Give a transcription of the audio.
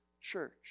church